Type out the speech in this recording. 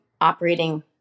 operating